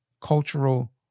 cultural